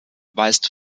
weist